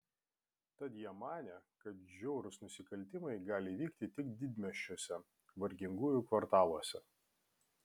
tad jie manė kad žiaurūs nusikaltimai gali vykti tik didmiesčiuose vargingųjų kvartaluose